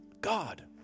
God